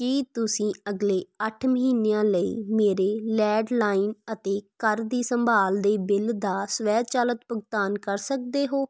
ਕੀ ਤੁਸੀਂਂ ਅਗਲੇ ਅੱਠ ਮਹੀਨਿਆਂ ਲਈ ਮੇਰੇ ਲੈਡਲਾਈਨ ਅਤੇ ਘਰ ਦੀ ਸੰਭਾਲ ਦੇ ਬਿੱਲ ਦਾ ਸਵੈਚਲਿਤ ਭੁਗਤਾਨ ਕਰ ਸਕਦੇ ਹੋ